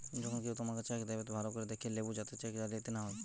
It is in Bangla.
যখন কেও তোমাকে চেক দেবে, ভালো করে দেখে লেবু যাতে চেক জালিয়াতি না হয়